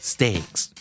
Stakes